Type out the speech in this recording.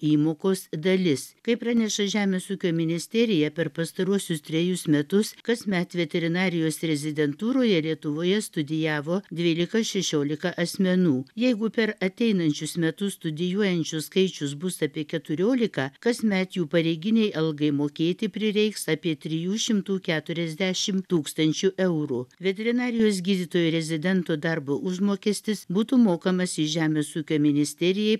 įmokos dalis kaip praneša žemės ūkio ministerija per pastaruosius trejus metus kasmet veterinarijos rezidentūroje lietuvoje studijavo dvylika šešiolika asmenų jeigu per ateinančius metus studijuojančių skaičius bus apie keturiolika kasmet jų pareiginei algai mokėti prireiks apie trijų šimtų keturiasdešim tūkstančių eurų veterinarijos gydytojų rezidento darbo užmokestis būtų mokamas į žemės ūkio ministerijai